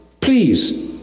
please